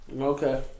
Okay